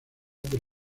del